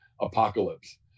apocalypse